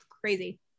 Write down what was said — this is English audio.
Crazy